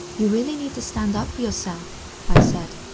you really need to stand up for yourself i said.